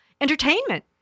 entertainment